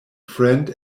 friend